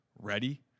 Ready